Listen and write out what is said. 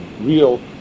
real